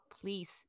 please